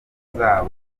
zabo